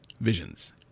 Visions